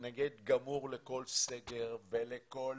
מתנגד גמור לכל סגר ולכל